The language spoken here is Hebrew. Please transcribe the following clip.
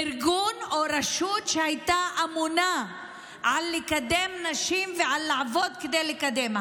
ארגון או רשות שהייתה אמונה על קידום נשים ועל לעבוד כדי לקדם.